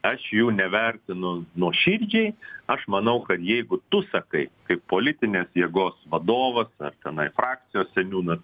aš jų nevertinu nuoširdžiai aš manau kad jeigu tu sakai kaip politinės jėgos vadovas ar tenai frakcijos seniūnas